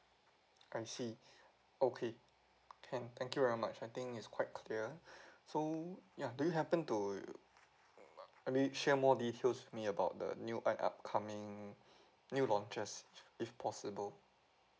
I see okay can thank you very much I think it's quite clear so ya do you happen to err I mean share more details with me about the new uh upcoming new launches if possible